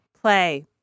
play